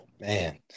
Man